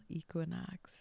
equinox